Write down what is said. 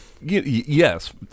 Yes